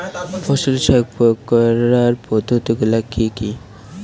ফসলের সার প্রয়োগ করার পদ্ধতি গুলো কি কি?